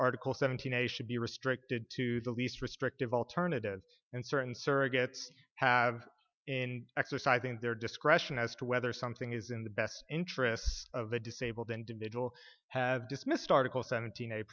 article seventeen a should be restricted to the least restrictive alternatives and certain surrogates have in exercising their discretion as to whether something is in the best interest of the disabled individual have dismissed article seventeen